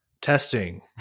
Testing